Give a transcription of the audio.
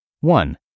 One